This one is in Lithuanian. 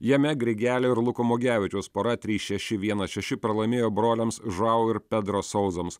jame grigelio ir luko mugevičiaus pora trys šeši vienas šeši pralaimėjo broliams žuau ir pedro sauzams